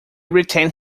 retained